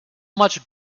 much